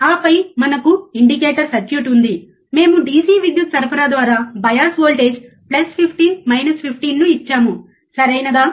ఆపై మనకు indicator circuit ఉంది మేము DC విద్యుత్ సరఫరా ద్వారా బయాస్ వోల్టేజ్ ప్లస్ 15 మైనస్ 15 ను ఇచ్చాము సరియైనదా